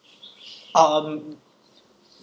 um